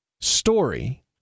story